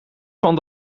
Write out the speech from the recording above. van